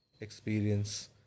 experience